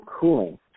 cooling